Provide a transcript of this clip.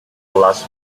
plasma